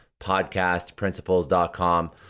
podcastprinciples.com